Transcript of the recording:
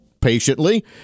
patiently